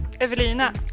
Evelina